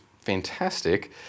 fantastic